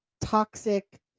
toxic